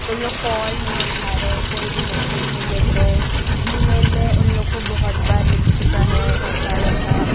तो कॉल नहीं उठा रहें कोई भी मैसेज नहीं देख रहे हैं जीमेल में उन लोग को बहुत बार लिख चुका है ऐसा वैसा